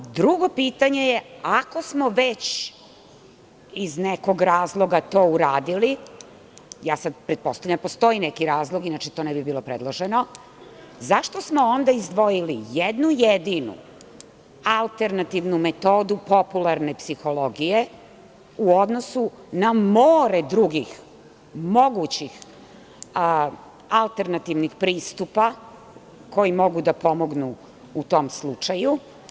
Drugo pitanje je – ako smo već iz nekog razloga to uradili, pretpostavljam da postoji neki razlog inače to ne bi bilo predloženo, zašto smo onda izdvojili jednu jedinu alternativnu metodu popularne psihologije u odnosu na more drugih mogućih alternativnih pristupa koji mogu da pomognu u tom slučaju?